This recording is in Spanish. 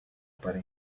para